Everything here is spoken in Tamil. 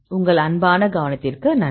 உங்கள் அன்பான கவனத்திற்கு நன்றி